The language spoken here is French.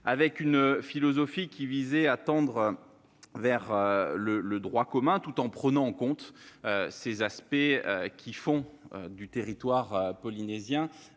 Notre philosophie a été de tendre vers le droit commun, tout en prenant en compte les aspects qui font du territoire polynésien